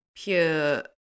Pure